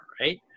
right